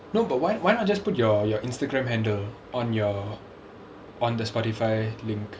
no but why why not just put your your Instagram handle on your on the Spotify link